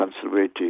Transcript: conservative